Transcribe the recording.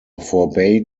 forbade